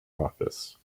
office